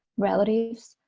relatives,